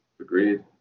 Agreed